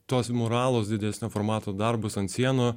tos moralūs didesnio formato darbus ant sienų